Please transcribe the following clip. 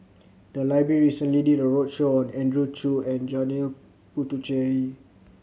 the library recently did a roadshow on Andrew Chew and Janil Puthucheary